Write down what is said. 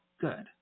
good